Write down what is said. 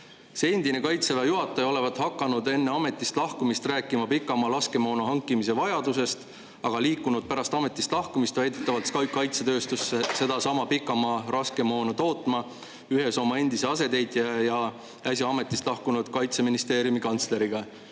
See endine kaitseväe juhataja olevat hakanud enne ametist lahkumist rääkima pikamaa laskemoona hankimise vajadusest, aga liikunud pärast ametist lahkumist väidetavalt kaitsetööstusesse sedasama pikamaa ründemoona tootma ühes oma endise asetäitja ja äsja ametist lahkunud kaitseministeeriumi kantsleriga.